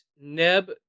Neb